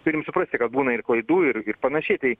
turim suprasti kad būna ir klaidų ir ir panašiai tai